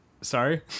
sorry